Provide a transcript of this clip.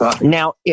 now